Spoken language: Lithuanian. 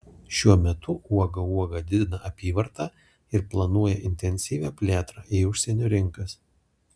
šiuo metu uoga uoga didina apyvartą ir planuoja intensyvią plėtrą į užsienio rinkas